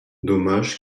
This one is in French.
dommage